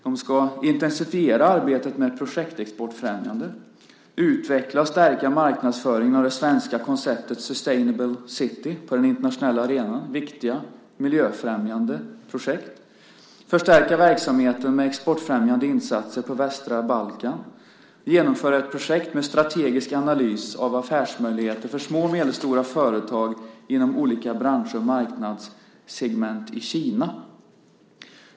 De ska intensifiera arbetet med projektexportfrämjande, utveckla och stärka marknadsföringen av det svenska konceptet sustainable city på den internationella arenan - viktiga miljöfrämjande projekt - förstärka verksamheten med exportfrämjande insatser på västra Balkan, genomföra ett projekt med strategisk analys av affärsmöjligheter för små och medelstora företag inom olika branscher och marknadssegment i Kina.